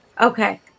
Okay